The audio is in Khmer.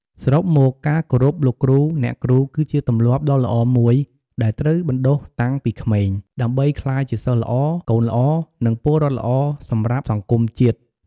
សរុបមក ការគោរពលោកគ្រូ អ្នកគ្រូ គឺជាទម្លាប់ដ៏ល្អមួយដែលត្រូវបណ្ដុះតាំងពីក្មេង ដើម្បីក្លាយជាសិស្សល្អ កូនល្អ និងពលរដ្ឋល្អសម្រាប់សង្គមជាតិ។